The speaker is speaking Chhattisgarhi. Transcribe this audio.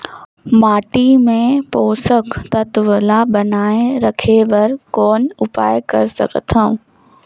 माटी मे पोषक तत्व ल बनाय राखे बर कौन उपाय कर सकथव?